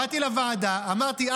באתי לוועדה, אמרתי: